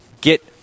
get